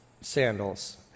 sandals